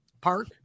Park